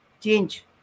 change